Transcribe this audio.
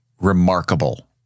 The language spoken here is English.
remarkable